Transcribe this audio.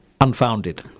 unfounded